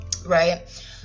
right